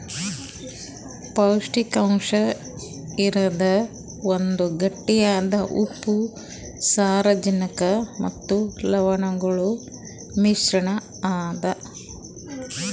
ಪೌಷ್ಟಿಕಾಂಶ ಇರದ್ ಒಂದ್ ಗಟ್ಟಿಯಾದ ಉಪ್ಪು, ಸಾರಜನಕ ಮತ್ತ ಲವಣಗೊಳ್ದು ಮಿಶ್ರಣ ಅದಾ